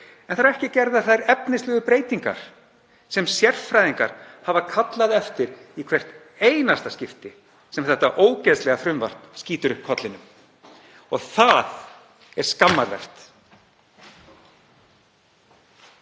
En ekki eru gerðar þær efnislegu breytingar sem sérfræðingar hafa kallað eftir í hvert einasta skipti sem þetta ógeðslega frumvarp skýtur upp kollinum. Það er skammarlegt.